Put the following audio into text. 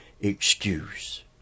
excuse